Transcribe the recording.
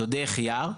זו דרך יער.